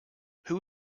who